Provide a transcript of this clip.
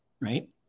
Right